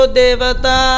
devata